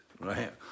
right